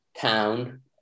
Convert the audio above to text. town